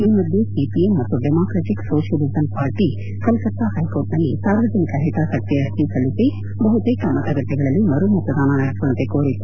ಈ ಮಧ್ಯೆ ಸಿಪಿಎಂ ಮತ್ತು ಡೆಮಾಕ್ರಟಿಕ್ ಸೋಷಿಯಲಿಸಮ್ ಪಾರ್ಟಿ ಕಲ್ನತ್ತಾ ಹೈಕೋರ್ಟ್ನಲ್ಲಿ ಸಾರ್ವಜನಿಕ ಹಿತಾಸಕ್ತಿ ಅರ್ಜಿ ಸಲ್ಲಿಸಿ ಬಹುತೇಕ ಮತಗಟ್ಟೆಗಳಲ್ಲಿ ಮರು ಮತದಾನ ನಡೆಸುವಂತೆ ಕೋರಿತ್ತು